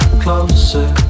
closer